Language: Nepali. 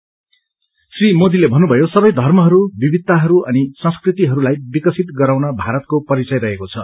पीएम एड श्री मोदीले भन्नुभएको छ सबै धर्महरू विविधताहरू अनिससंस्कृतिहरूलाई विकसित गराउन भारतको परिचय रहेको छ